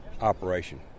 operation